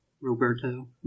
Roberto